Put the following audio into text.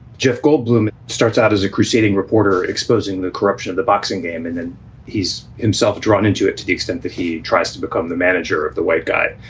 jeff goldblum starts out as a crusading reporter, exposing the corruption of the boxing game. and then he's in self drawn into it to the extent that he tries to become the manager of the white guy.